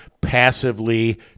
passively